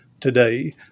today